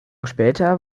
später